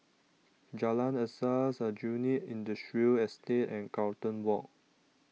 Jalan Asas Aljunied Industrial Estate and Carlton Walk